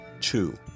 Two